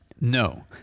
No